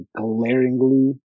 glaringly